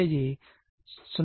85 volt